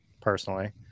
personally